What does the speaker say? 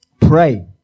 Pray